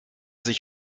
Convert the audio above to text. sich